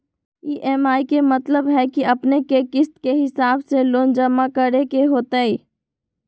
EMI के मतलब है कि अपने के किस्त के हिसाब से लोन जमा करे के होतेई?